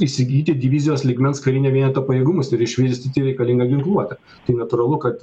įsigyti divizijos lygmens karinio vieneto pajėgumus ir išvystyti reikalingą ginkluotę tai natūralu kad